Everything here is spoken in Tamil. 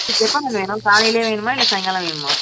உங்களுக்கு எப்போ மேம் வேணும் காலையிலே வேணுமா இல்லை சாயங்காலம் வேணுமா